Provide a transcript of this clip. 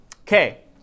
Okay